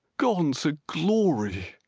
gone to glory!